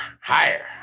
Higher